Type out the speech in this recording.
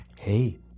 Hey